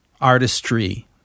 artistry